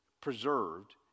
preserved